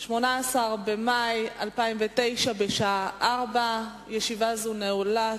18 במאי 2009, בשעה 16:00. ישיבה זו נעולה.